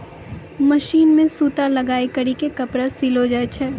machine मे सूता लगाय करी के कपड़ा सिलो जाय छै